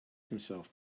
himself